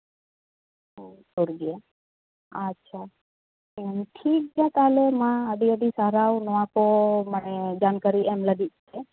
ᱚ ᱥᱩᱨ ᱜᱮᱭᱟ ᱟᱪᱪᱷᱟ ᱦᱮᱸ ᱴᱷᱤᱠᱜᱮᱭᱟ ᱛᱟᱦᱞᱮ ᱢᱟ ᱟᱹᱰᱤᱼᱟᱹᱰᱤ ᱥᱟᱨᱦᱟᱣ ᱱᱚᱣᱟᱠᱚ ᱢᱟᱱᱮ ᱡᱟᱱᱠᱟᱨᱤ ᱮᱢ ᱞᱟᱹᱜᱤᱫᱛᱮ